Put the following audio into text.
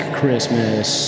Christmas